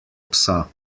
psa